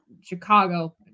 Chicago